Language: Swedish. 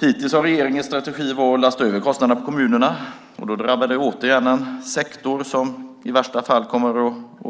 Hittills har regeringens strategi varit att lasta över kostnaderna på kommunerna. Det drabbar återigen en sektor som i värsta fall kommer